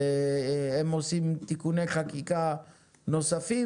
והם עושים תיקוני חקיקה נוספים,